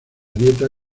dieta